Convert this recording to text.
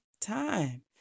time